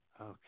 Okay